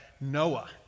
Noah